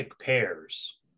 pairs